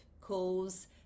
calls